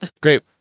Great